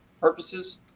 purposes